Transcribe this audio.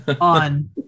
on